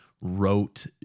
wrote